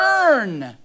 earn